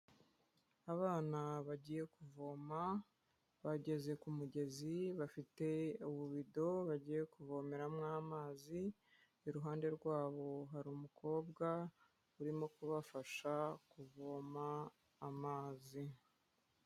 Abana bagiye kuvoma, bageze ku mugezi bafite ububido bagiye kuvomeramo amazi, iruhande rwabo hari umukobwa urimo kubafasha kuvoma amazi.